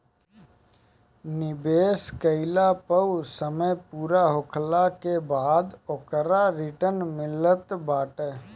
निवेश कईला पअ समय पूरा होखला के बाद ओकर रिटर्न मिलत बाटे